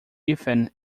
ethan